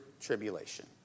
tribulation